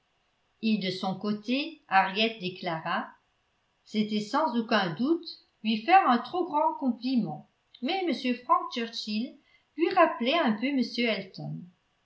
et de son côté henriette déclara c'était sans aucun doute lui faire un trop grand compliment mais m frank churchill lui rappelait un peu m elton